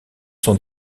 sont